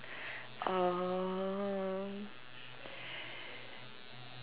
err